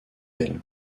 elle